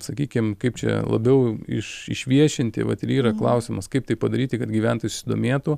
sakykim kaip čia labiau iš išviešinti vat ir yra klausimas kaip tai padaryti kad gyventojai susidomėtų